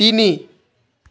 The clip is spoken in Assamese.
তিনি